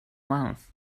month